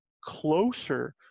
closer